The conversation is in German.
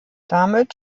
damit